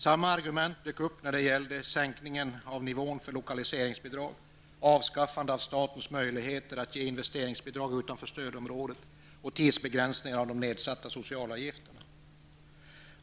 Samma argument dök upp när det gällde sänkningen av nivån för lokaliseringsbidrag, avskaffande av statens möjligheter att ge investeringsbidrag utanför stödområdet och tidsbegränsningen av de nedsatta socialavgifterna.